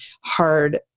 hard